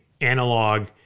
analog